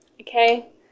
okay